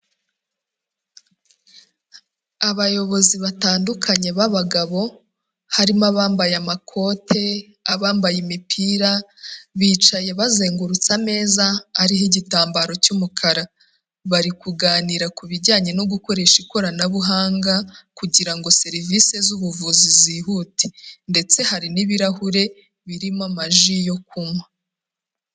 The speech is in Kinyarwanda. Abayobozi batandukanye b'abagabo, harimo abambaye amakote, abambaye imipira, bicaye bazengurutse ameza ariho igitambaro cy'umukara, bari kuganira ku bijyanye no gukoresha ikoranabuhanga, kugirango serivisi z'ubuvuzi zihute, ndetse hari n'ibirahure birimo amaji yo kunywa.